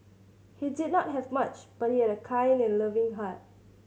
he did not have much but he had a kind and loving heart